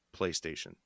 PlayStation